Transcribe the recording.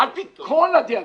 על-פי כל הדיאגרמות,